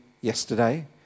yesterday